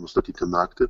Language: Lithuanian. nustatyti naktį